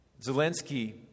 Zelensky